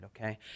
okay